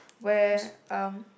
where um